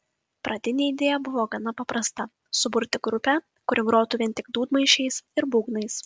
pradinė idėja buvo gana paprasta suburti grupę kuri grotų vien tik dūdmaišiais ir būgnais